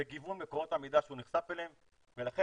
בגיוון מקורות המידע שהוא נחשף אליהם ולכן